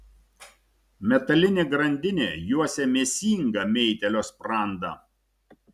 metalinė grandinė juosia mėsingą meitėlio sprandą